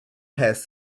has